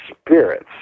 spirits